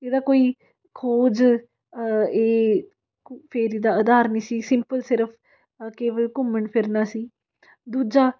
ਇਹਦਾ ਕੋਈ ਖੋਜ ਇਹ ਕ ਫਿਰ ਇਹਦਾ ਆਧਾਰ ਨਹੀਂ ਸੀ ਸਿੰਪਲ ਸਿਰਫ ਕੇਵਲ ਘੁੰਮਣ ਫਿਰਨਾ ਸੀ ਦੂਜਾ